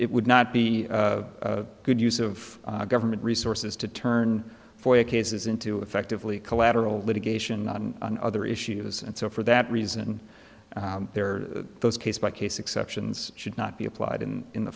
it would not be a good use of government resources to turn four cases into effectively collateral litigation and other issues and so for that reason there are those case by case exceptions should not be applied in in the